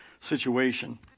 situation